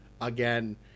again